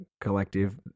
collective